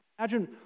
Imagine